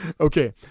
okay